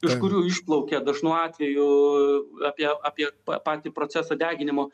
iš kurių išplaukė dažnu atveju apie apie patį procesą deginimo